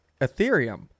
Ethereum